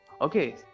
Okay